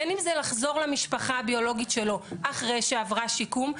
בין אם זה לחזור למשפחה הביולוגית שלו אחרי שעברה שיקום,